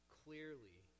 clearly